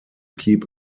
keep